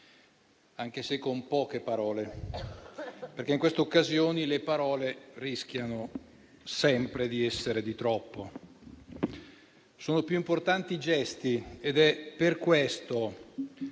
anche se con poche parole, perché in queste occasioni le parole rischiano sempre di essere di troppo. Sono più importanti i gesti ed è per questo